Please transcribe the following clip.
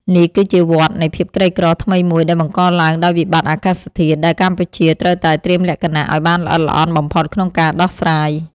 នេះគឺជាវដ្តនៃភាពក្រីក្រថ្មីមួយដែលបង្កឡើងដោយវិបត្តិអាកាសធាតុ ដែលកម្ពុជាត្រូវតែត្រៀមលក្ខណៈឱ្យបានល្អិតល្អន់បំផុតក្នុងការដោះស្រាយ។